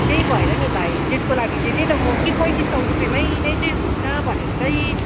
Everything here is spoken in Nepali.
त्यही भएर नि भाइ त्यसको लागि नि चाहिँ त्यही त म कि पैँतिस सय रुपियाँमै नै चाहिँ हुन्छ भनेर चाहिँ